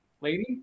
lady